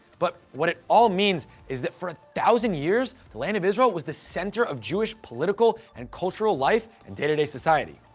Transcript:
but what it all means is that for one thousand years the land of israel was the center of jewish political and cultural life and day-to-day society.